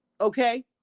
okay